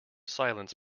silence